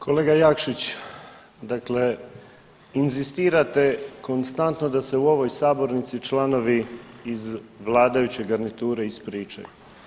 Kolega Jakšić, dakle inzistirate konstantno da se u ovoj sabornici članovi iz vladajuće garniture ispričaju.